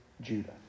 Judah